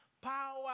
Power